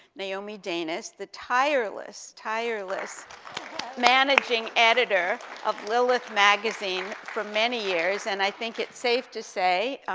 naomi danis, the tireless, tireless managing editor of lilith magazine for many years, and i think it's safe to say, um,